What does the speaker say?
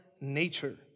nature